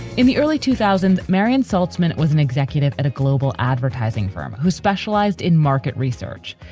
in the early two thousand, marion saltsman was an executive at a global advertising firm who specialized in market research.